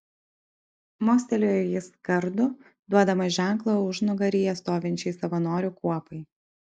mostelėjo jis kardu duodamas ženklą užnugaryje stovinčiai savanorių kuopai